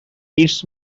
its